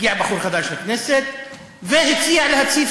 הגיע בחור חדש לכנסת והציע להציף